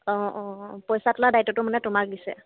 অঁ অঁ অঁ পইচা তোলা দায়িত্বটো মানে তোমাক দিছে